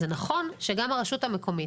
זה נכון שגם הרשות המקומית,